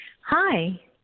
Hi